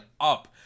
up